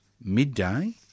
midday